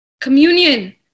Communion